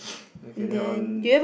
okay then on